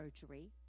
surgery